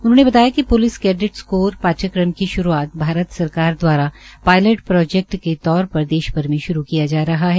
उन्होंने बताया कि प्लिस कैडेट्स कोर पाठ्यक्रम की श्रूआत भारत सरकार दवारा पायलेट प्राजेक्ट के तौर पर देश भर में श्रू किया जा रहा है